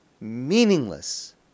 meaningless